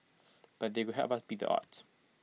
but they could help us beat the odds